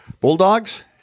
Bulldogs